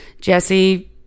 Jesse